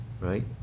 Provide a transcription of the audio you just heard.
right